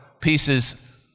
pieces